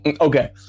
Okay